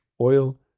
oil